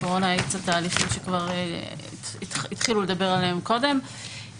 הקורונה האיצה תהליכים שכבר התחילו לדבר עליהם קודם.